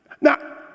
Now